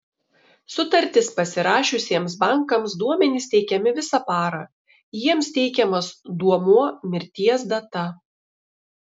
sutartis pasirašiusiems bankams duomenys teikiami visą parą jiems teikiamas duomuo mirties data